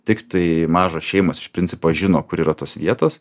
tiktai mažos šeimos iš principo žino kur yra tos vietos